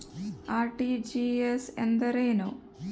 RTGS ಎಂದರೇನು?